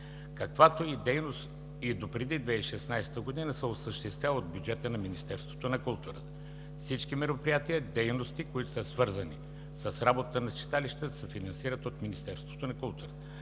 каквато и дейност и до преди 2016 г. се осъществява от бюджета на Министерството на културата. Всички мероприятия и дейности, които са свързани с работата на читалищата, се финансират от Министерството на културата.